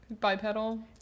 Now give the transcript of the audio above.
bipedal